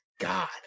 God